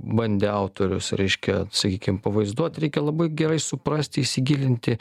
bandė autorius reiškia sakykim pavaizduoti reikia labai gerai suprasti įsigilinti